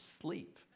sleep